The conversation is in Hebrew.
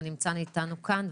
והוא נמצא איתנו כאן.